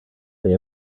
they